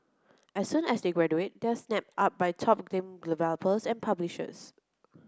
as soon as they graduate they are snapped up by top game developers and publishers